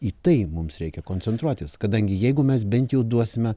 į tai mums reikia koncentruotis kadangi jeigu mes bent jau duosime